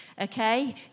Okay